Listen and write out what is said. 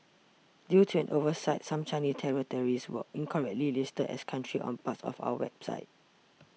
due to an oversight some Chinese territories were incorrectly listed as countries on parts of our website